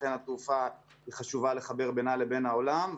לכן התעופה היא חשובה לחבר בינה לבין העולם,